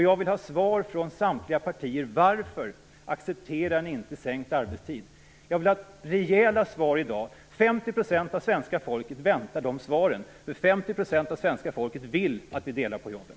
Jag vill ha svar från samtliga partier: Varför accepterar ni inte sänkt arbetstid? Jag vill ha rejäla svar i dag. 50 % av svenska folket väntar på de här svaren, för 50 % av svenska folket vill att vi delar på jobben.